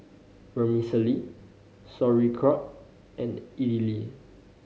Vermicelli Sauerkraut and Idili